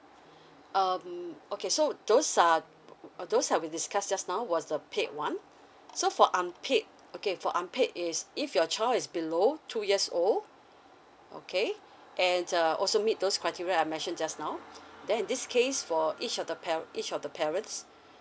um okay so those are those are we discussed just now was the paid one so for unpaid okay for unpaid is if your child is below two years old okay and uh also meet those criteria I mentioned just now then in this case for each of the pa~ each of the parents